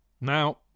Now